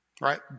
right